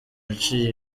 yaciye